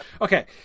Okay